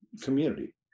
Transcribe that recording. community